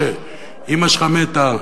אמא שלך מתה,